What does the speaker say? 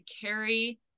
carry